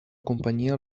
companyia